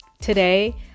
Today